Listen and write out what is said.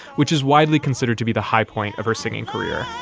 which is widely considered to be the high point of her singing career